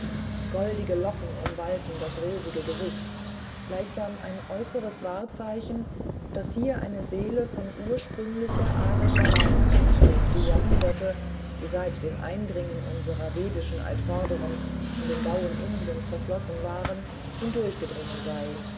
goldige locken umwallten das rosige gesicht gleichsam ein äußeres wahrzeichen daß hier eine seele in ursprünglicher arischer reinheit durch die jahrhunderte die seit dem eindringen unserer vedischen altvordern in die gauen indiens verflossen waren hindurchgedrungen sei